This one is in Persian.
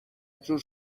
جور